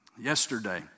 Yesterday